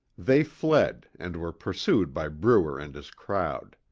they fled and were pursued by bruer and his crowd.